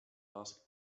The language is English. asked